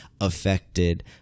affected